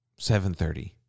730